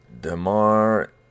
DeMar